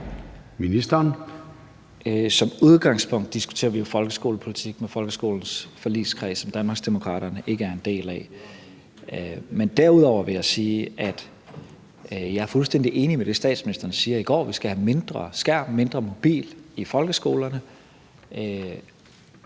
Tesfaye): Som udgangspunkt diskuterer vi folkeskolepolitik med folkeskoleforligskredsen, som Danmarksdemokraterne ikke er en del af. Men derudover vil jeg sige, at jeg er fuldstændig enig i det, statsministeren sagde i går: Vi skal have mindre skærm, mindre mobil i folkeskolerne.